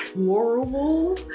horrible